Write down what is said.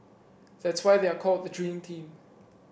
that's why they are called the dream team